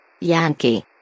Yankee